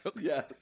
yes